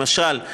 למשל,